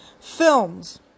Films